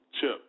chip